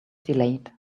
delayed